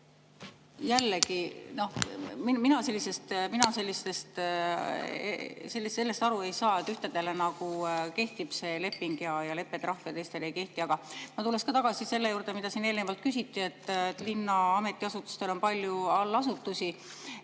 jällegi, mina sellest aru ei saa, et ühtedele kehtib leping ja leppetrahv, aga teistele ei kehti. Aga ma tuleksin tagasi selle juurde, mida siin eelnevalt küsiti. Linna ametiasutustel on palju allasutusi.